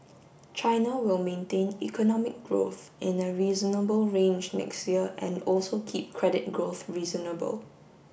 China will maintain economic growth in a reasonable range next year and also keep credit growth reasonable